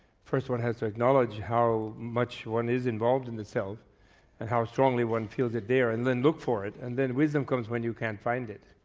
first one has to acknowledge how much one is involved in the self and how strongly one feels it there and then look for it, and then wisdom comes when you can't find it,